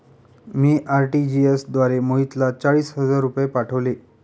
मी RTGS द्वारे मोहितला चाळीस हजार रुपये पाठवले